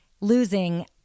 losing